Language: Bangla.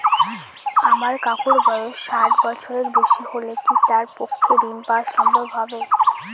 আমার কাকুর বয়স ষাট বছরের বেশি হলে কি তার পক্ষে ঋণ পাওয়া সম্ভব হবে?